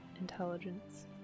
intelligence